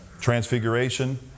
Transfiguration